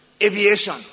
Aviation